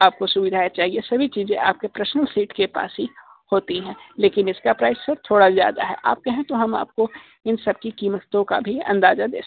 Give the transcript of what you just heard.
आपको सुविधाएं चाहिए सभी चीज़ें आपके परसनल सीट के पास ही होती हैं लेकिन इसका प्राइस सब थोड़ा ज़्यादा है आप कहे तो हम आपको इन सब की कीमतों का भी अंदाजा दे सकते हैं